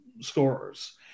scorers